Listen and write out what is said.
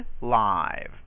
live